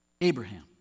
Abraham